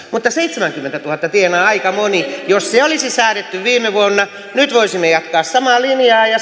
mutta seitsemänkymmentätuhatta tienaa aika moni jos se olisi säädetty viime vuonna nyt voisimme jatkaa samaa linjaa ja